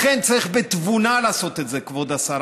לכן צריך לעשות את זה בתבונה, כבוד השר.